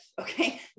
Okay